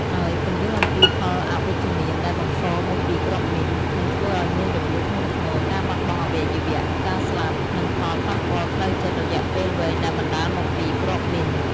ហើយពន្យល់អំពីផលអវិជ្ជមាន ដែលបង្កមកពីគ្រាប់មីន និងធ្វើអោយមានរបួសធ្ងន់ធ្ងរ ការបាត់បង់អវយវៈ ការស្លាប់ និងផលប៉ះពាល់ផ្លូវចិត្តរយៈពេលវែងដែលបណ្ដាលមកពីគ្រាប់មីន។